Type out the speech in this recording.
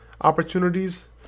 opportunities